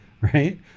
right